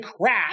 crap